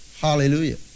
Hallelujah